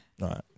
Right